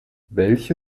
welche